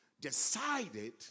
decided